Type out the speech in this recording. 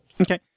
okay